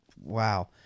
wow